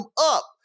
up